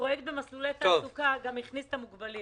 שהפרויקט במסלולי תעסוקה גם יכניס את המוגבלים.